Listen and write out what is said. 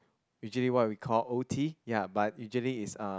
usually what we call o_t ya but usually is uh